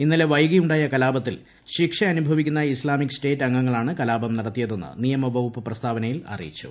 ഇന്നലെ വൈകിയുണ്ടായ കലാപത്തിൽ ശിക്ഷയനുഭവിക്കുന്ന ഇസ്ലാമിക് സ്റ്റേറ്റ് അംഗങ്ങളാണ് കലാപം നടത്തിയതെന്ന് നിയമവകുപ്പ് പ്രസ്താവനയിൽ അറിയിച്ചു